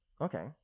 Okay